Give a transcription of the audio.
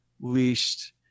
least